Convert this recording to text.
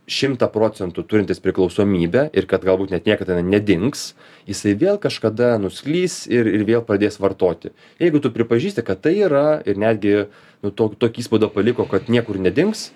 šimtą procentų turintis priklausomybę ir kad galbūt net niekada jinai nedings jisai vėl kažkada nuslys ir ir vėl pradės vartoti jeigu tu pripažįsti kad tai yra ir netgi nu tokį tokį įspaudį paliko kad niekur nedings